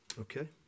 Okay